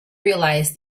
realise